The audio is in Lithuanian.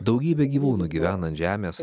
daugybė gyvūnų gyvena ant žemės